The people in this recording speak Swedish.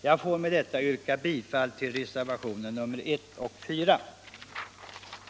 Jag biträder, herr talman, reservationerna 1 och 4 till näringsutskottets betänkande.